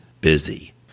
busy